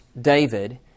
David